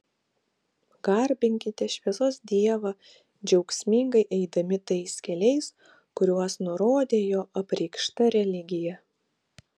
garbinkite šviesos dievą džiaugsmingai eidami tais keliais kuriuos nurodė jo apreikšta religija